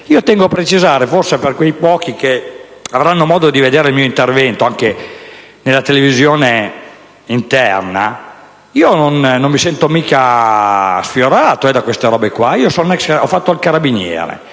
Tengo a precisare, forse per quei pochi che avranno modo di seguire il mio intervento anche nella televisione interna, che non mi sento certo sfiorato da queste robe. Ho fatto il carabiniere,